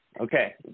Okay